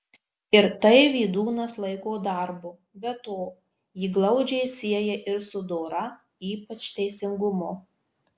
ir tai vydūnas laiko darbu be to jį glaudžiai sieja ir su dora ypač teisingumu